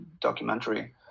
documentary